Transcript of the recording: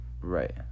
right